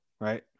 right